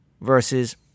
versus